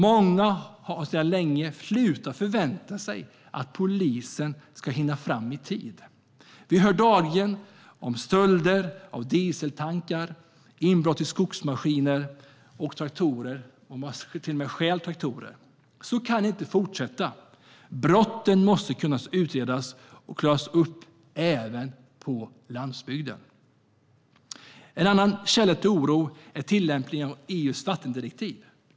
Många har sedan länge slutat förvänta sig att polisen ska hinna fram i tid. Vi hör dagligen om stölder av dieseltankar eller inbrott i skogsmaskiner och traktorer, och man till och med stjäl traktorer. Så kan det inte fortsätta. Brott måste kunna utredas och klaras upp även på landsbygden. En annan källa till oro är tillämpningen av EU:s vattendirektiv.